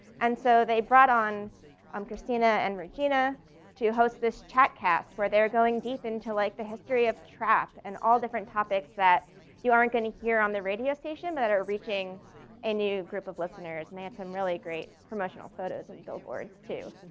and so they brought on um christina and regina to host this chat cast where they're going deep into like the history of trap and all different topics that you aren't gonna hear on the radio station that are reaching a new group of listeners. and they had some really great promotional photos and billboards too.